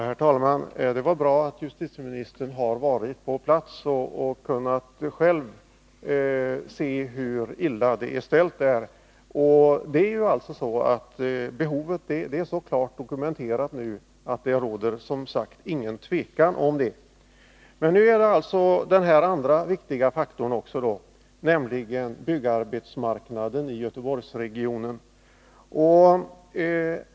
Herr talman! Det var bra att justitieministern har varit på platsen och själv kunnat se hur illa det är ställt där. Behovet är så klart dokumenterat nu att det som sagt inte råder någon tvekan om det. Men nu är det den andra viktiga faktorn också, nämligen byggarbetsmarknaden i Göteborgsregionen.